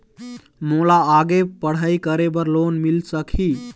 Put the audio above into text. मोला आगे पढ़ई करे बर लोन मिल सकही?